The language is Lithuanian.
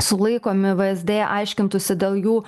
sulaikomi vsd aiškintųsi dėl jų